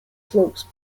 slopes